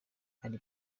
hari